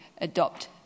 adopt